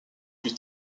plus